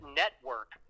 network